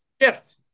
Shift